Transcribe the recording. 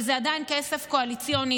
אבל זה עדיין כסף קואליציוני,